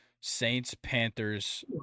Saints-Panthers